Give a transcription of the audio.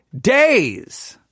days